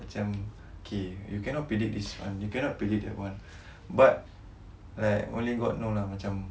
macam K you cannot predict this [one] you cannot predict that one but like only god know lah macam